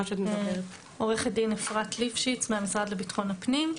עו"ד אפרת ליפשיץ, מהמשרד לביטחון הפנים.